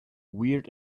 weird